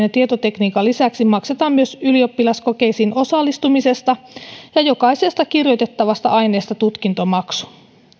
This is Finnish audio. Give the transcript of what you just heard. ja tietotekniikan lisäksi maksetaan myös ylioppilaskokeisiin osallistumisesta ja jokaisesta kirjoitettavasta aineesta tutkintomaksu